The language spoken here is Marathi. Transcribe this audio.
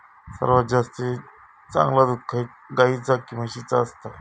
सर्वात जास्ती चांगला दूध गाईचा की म्हशीचा असता?